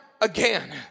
again